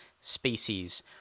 species